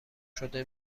شده